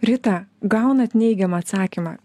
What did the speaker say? rita gaunat neigiamą atsakymą